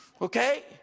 okay